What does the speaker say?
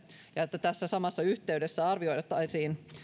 ja että samassa yhteydessä arvioitaisiin